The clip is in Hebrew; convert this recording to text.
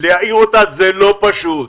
להעיר אותה זה לא פשוט.